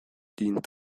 dient